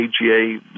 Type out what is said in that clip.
AGA